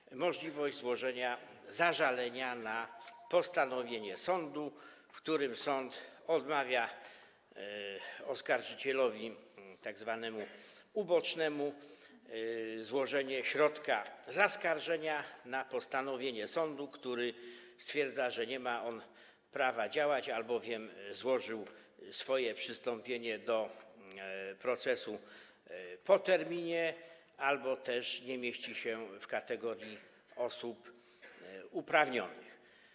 Chodzi o możliwość złożenia zażalenia na postanowienie sądu, w którym sąd odmawia oskarżycielowi tzw. ubocznemu złożenia środka zaskarżenia na postanowienie sądu, który stwierdza, że nie ma on prawa działać, albowiem złożył swoje przystąpienie do procesu po terminie albo też nie mieści się w kategorii osób uprawnionych.